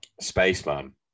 Spaceman